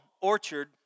orchard